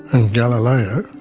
and galileo,